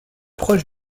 proche